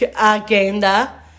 agenda